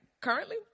currently